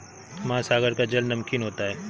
महासागर का जल नमकीन होता है